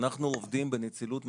שאנחנו עובדים ברצינות מלאה,